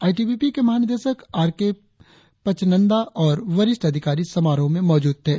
ITBP के महानिदेशक R K Pachnanda और वरिष्ठ अधिकारी समारोह में मौजूद थे